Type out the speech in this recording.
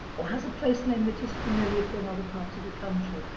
or has a place name that is familiar for another part of the country.